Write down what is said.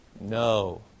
No